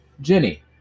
Jenny